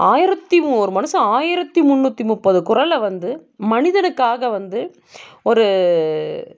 ஆயிரத்து ஒரு மனுஷன் ஆயிரத்து முன்னூற்றி முப்பது குறளை வந்து மனிதனுக்காக வந்து ஒரு